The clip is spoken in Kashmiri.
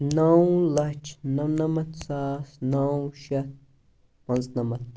نَو لَچھ نَمنَمَتھ ساس نَو شیٚتھ پانٛژھ نَمَتھ